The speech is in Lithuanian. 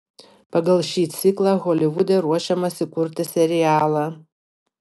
pagal šį ciklą holivude ruošiamasi kurti serialą